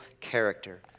character